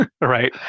right